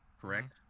correct